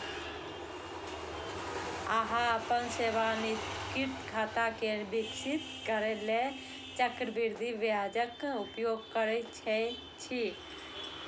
अहां अपन सेवानिवृत्ति खाता कें विकसित करै लेल चक्रवृद्धि ब्याजक उपयोग कैर सकै छी